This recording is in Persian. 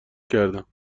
کردم